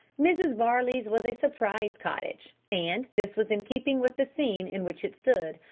mrs varley's was a surprised cottage, and this was in keeping with the scene in which it stood,